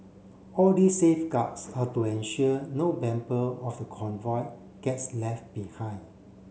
all these safeguards are to ensure no member of the convoy gets left behind